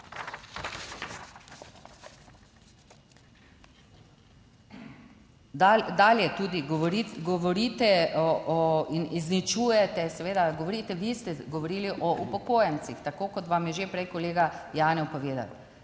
govoriti govorite in izničujete, seveda govorite, vi ste govorili o upokojencih, tako kot vam je že prej kolega Janev povedal,